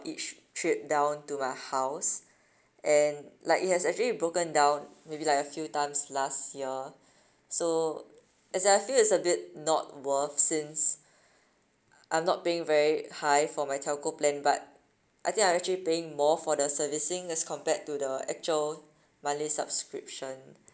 each trip down to my house and like it has actually broken down maybe like a few times last year so as in I feel it's a bit not worth since I'm not paying very high for my telco plan but I think I actually paying more for the servicing as compared to the actual monthly subscription